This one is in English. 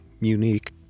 unique